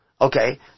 Okay